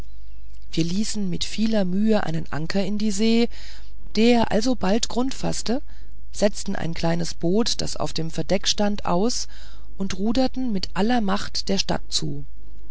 wir ließen mit vieler mühe einen anker in die see der alsobald grund faßte setzten ein kleines boot das auf dem verdeck stand aus und ruderten mit aller macht der stadt zu